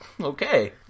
Okay